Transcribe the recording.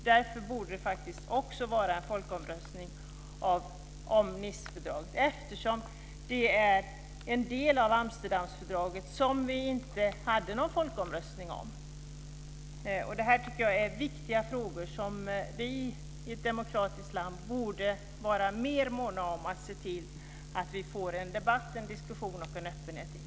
Därför borde det hållas en folkomröstning också om Nicefördraget eftersom det är en del av Amsterdamfördraget, vilket vi inte hade någon folkomröstning om. Det här är viktiga frågor som man i ett demokratiskt land borde vara mer mån om att se till att det blir en diskussion, debatt och öppenhet kring.